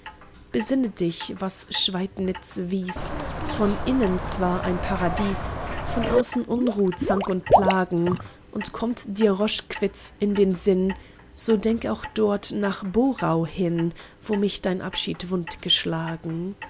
besinne dich was schweidnitz wies von innen zwar ein paradies von außen unruh zank und plagen und kommt dir roschkwitz in den sinn so denk auch dort nach borau hin wo mich dein abschied wund geschlagen